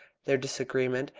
their disagreement,